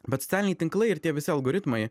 bet socialiniai tinklai ir tie visi algoritmai